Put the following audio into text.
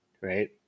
Right